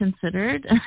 considered